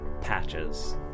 Patches